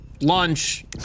lunch